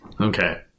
Okay